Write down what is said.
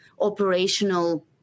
operational